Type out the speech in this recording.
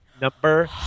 number